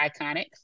iconic